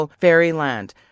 fairyland